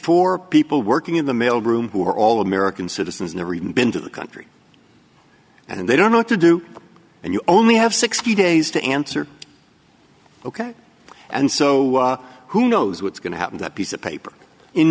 four people working in the mail room who are all american citizens never even been to the country and they don't know what to do and you only have sixty days to answer ok and so who knows what's going to happen that piece of paper in